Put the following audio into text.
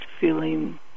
feeling